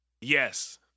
Yes